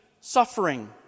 suffering